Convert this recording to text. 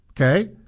Okay